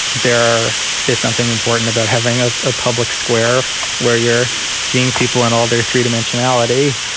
there is something important about having a ah public square where you're seeing people in all their three dimensionality,